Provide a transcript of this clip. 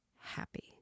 happy